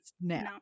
no